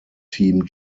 team